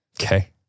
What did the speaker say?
Okay